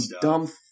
dumb